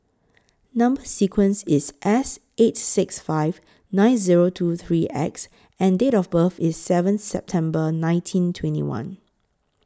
Number sequence IS S eight six five nine Zero two three X and Date of birth IS seven September nineteen twenty one